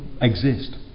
exist